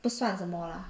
不算什么 lah